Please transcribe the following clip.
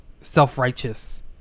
self-righteous